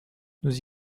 nous